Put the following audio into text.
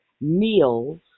meals